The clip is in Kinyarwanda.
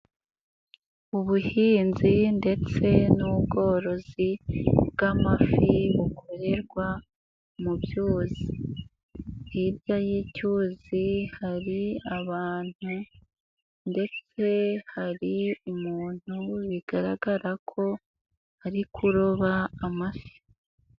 Ubuhinzi ndetse n'ubworozi bw'amafi bukorerwa mu by'ubuzi, hirya y'icyuzi hari abantu ndetse hari umuntu bigaragara ko ari kuroba amafi.